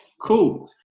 cool